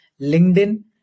LinkedIn